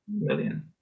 million